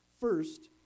First